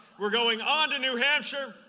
we are going on and new hampshire,